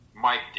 Mike